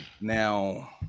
Now